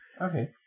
Okay